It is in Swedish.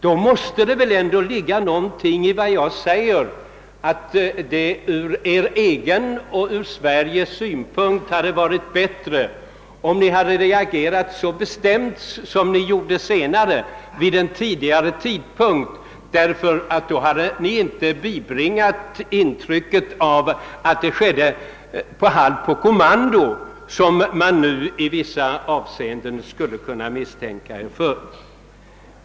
Då måste det väl ändå ligga någonting i vad jag säger att det ur er egen och Sveriges synpunkt hade varit bättre, om ni vid en tidigare tidpunkt hade uppträtt så bestämt som ni gjorde senare. Då hade ni nämligen inte gett intrycket av att det skedde under tryck, som man nu skulle kunna misstänka.